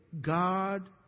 God